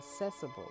accessible